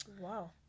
Wow